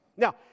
Now